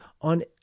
on